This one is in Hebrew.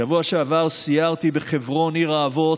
בשבוע שעבר סיירתי בחברון, עיר האבות,